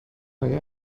آیا